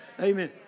Amen